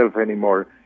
anymore